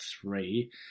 three